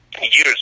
years